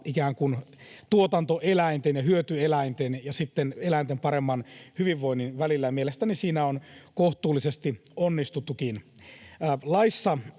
tuotantoeläinten ja hyötyeläinten ja sitten eläinten paremman hyvinvoinnin välillä, ja mielestäni siinä on kohtuullisesti onnistuttukin. Laissa